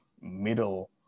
middle